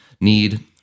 need